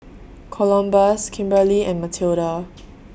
Columbus Kimberli and Matilda